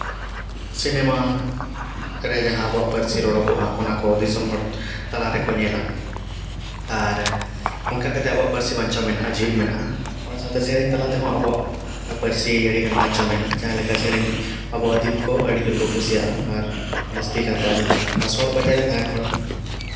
cinema ᱨᱮ ᱡᱟᱦᱟᱸ ᱯᱟᱹᱨᱥᱤ ᱟᱵᱚᱣᱟᱜ ᱨᱚᱲᱚᱜᱚᱜᱼᱟ ᱚᱱᱟ ᱠᱚ ᱫᱤᱥᱚᱢ ᱦᱚᱲ ᱛᱟᱞᱟ ᱨᱮᱠᱚ ᱧᱮᱞᱟ ᱟᱨ ᱚᱱᱠᱟ ᱠᱟᱛᱮ ᱟᱵᱚᱣᱟᱜ ᱯᱟᱹᱨᱥᱤ ᱵᱟᱧᱪᱟᱣ ᱢᱮᱱᱟᱜᱼᱟ ᱡᱤᱣᱮᱫ ᱢᱮᱱᱟᱜᱼᱟ ᱚᱱᱟ ᱥᱟᱶᱛᱮ ᱥᱮᱨᱮᱧ ᱛᱟᱞᱟ ᱛᱮᱦᱚᱸ ᱟᱵᱚᱣᱟᱜ ᱯᱟᱹᱨᱥᱤ ᱟᱹᱰᱤᱜᱟᱱ ᱵᱟᱧᱪᱟᱣ ᱢᱮᱱᱟᱜᱼᱟ ᱡᱟᱦᱟᱸ ᱞᱮᱠᱟ ᱥᱮᱨᱮᱧ ᱟᱵᱚ ᱟᱹᱫᱤᱢ ᱠᱚ ᱟᱹᱰᱤ ᱡᱳᱨ ᱠᱚ ᱠᱩᱥᱤᱭᱟᱜᱼᱟ ᱟᱨ ᱡᱟᱹᱥᱛᱤ ᱠᱟᱨᱛᱮ ᱟᱡᱚᱢ ᱥᱟᱱᱟ ᱠᱚᱣᱟ ᱥᱚᱦᱚᱨ ᱵᱟᱡᱟᱨ ᱨᱮ ᱛᱟᱦᱮᱱ ᱦᱚᱲ